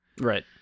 Right